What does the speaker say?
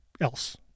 else